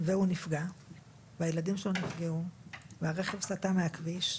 והוא נפגע והילדים שלו נפגעו והרכב סטה מהכביש,